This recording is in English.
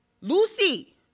Lucy